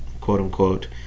quote-unquote